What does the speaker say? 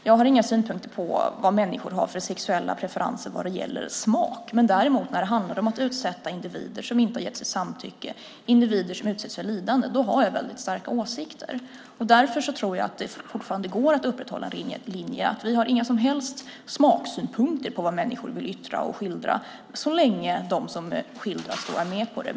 Jag har inga synpunkter på vad människor har för sexuella preferenser vad gäller smak. När det däremot handlar om att utsätta individer för sådant här - individer som inte gett sitt samtycke, individer som utsätts för lidande - har jag väldigt starka åsikter. Därför tror jag att det fortfarande går att upprätthålla linjen att vi inte har några som helst smaksynpunkter på vad människor vill yttra och skildra så länge de som skildras är med på det.